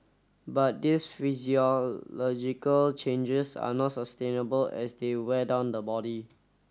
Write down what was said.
but these physiological changes are not sustainable as they wear down the body